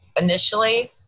initially